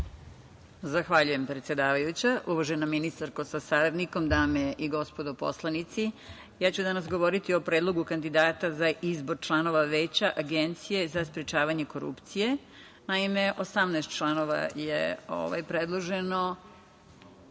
Zahvaljujem, predsedavajuća, uvažena ministarko sa saradnikom, dame i gospodo poslanici, ja ću danas govoriti o predlogu kandidata za izbor članova Veća Agencije za sprečavanje korupcije. Naime, osamnaest članova je predloženo